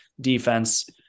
defense